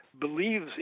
believes